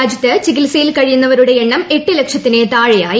രാജ്യത്ത് ചികിത്സയിൽ കഴിയുന്നവരുടെ എണ്ണം എട്ട് ലക്ഷത്തിന് താഴെയായി